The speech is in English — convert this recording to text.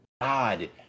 God